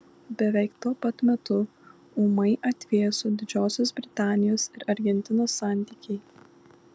beveik tuo pat metu ūmai atvėso didžiosios britanijos ir argentinos santykiai